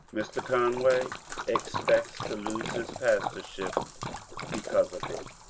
mr. conway ex pects to lose his pastorship because of it.